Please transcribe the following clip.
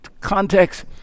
context